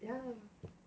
yeah